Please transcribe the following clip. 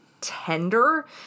tender